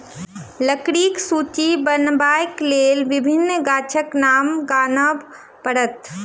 लकड़ीक सूची बनयबाक लेल विभिन्न गाछक नाम गनाब पड़त